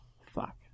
Fuck